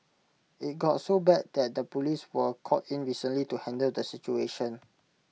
IT got so bad that the Police were called in recently to handle the situation